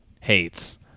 hates